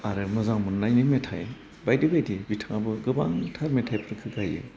आरो मोजां मोन्नायनि मेथाइ बायदि बायदि बिथाङाबो गोबांथार मेथाइफोरखौ गाइयो